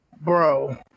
bro